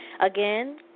Again